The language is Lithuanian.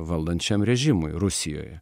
valdančiam režimui rusijoje